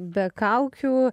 be kaukių